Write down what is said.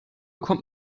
kommt